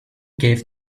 gave